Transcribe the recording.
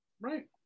right